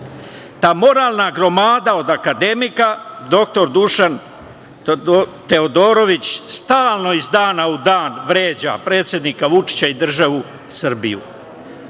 moralna gromada od akademika, dr Dušan Teodorović stalno iz dana u dan vređa predsednika Vučića i državu Srbiju.